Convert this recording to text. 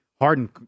Harden